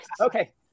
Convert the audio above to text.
Okay